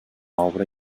obra